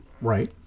right